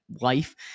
life